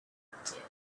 appeared